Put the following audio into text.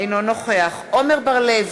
אינו נוכח עמר בר-לב,